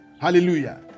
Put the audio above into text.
Hallelujah